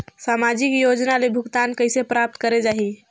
समाजिक योजना ले भुगतान कइसे प्राप्त करे जाहि?